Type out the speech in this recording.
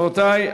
רבותי,